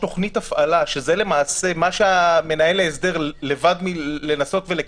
הוא שלא ממנים בעל תפקיד ושהחברה ממשיכה להתנהל באמצעות האורגנים